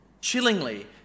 Chillingly